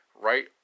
right